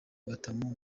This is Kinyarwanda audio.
gatanu